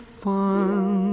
fun